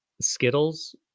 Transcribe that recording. Skittles